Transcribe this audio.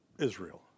Israel